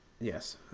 Yes